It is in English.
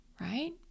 Right